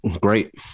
great